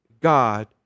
God